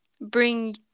bring